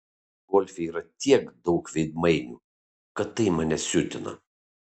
golfe yra tiek daug veidmainių kad tai mane siutina